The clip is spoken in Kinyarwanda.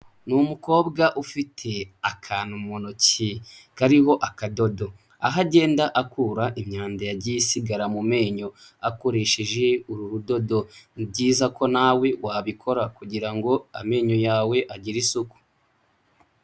Ni umukobwa ufite akantu mu ntoki kariho akadodo, aho agenda akura imyanda yagiye isigara mu menyo akoresheje uru rudodo, ni byiza ko nawe wabikora kugira ngo amenyo yawe agire isuku.